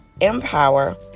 empower